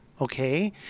Okay